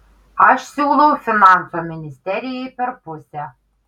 aš siūlau finansų ministerijai per pusę